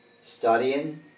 studying